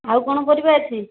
ଆଉ କ'ଣ ପରିବା ଅଛି